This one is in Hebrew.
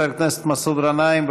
חבר הכנסת מסעוד גנאים,